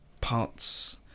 parts